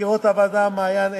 מזכירות הוועדה מעיין,